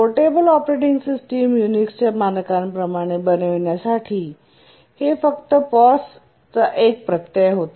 portable operating system युनिक्सच्या मानकांप्रमाणे बनविण्यासाठी हे फक्त POSचा एक प्रत्यय होता